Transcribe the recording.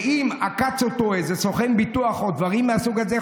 ואם עקץ אותו איזה סוכן ביטוח או דברים מהסוג הזה,